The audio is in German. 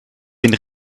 den